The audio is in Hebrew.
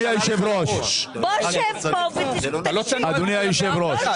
בוא שב פה ותקשיב, לא שומעים.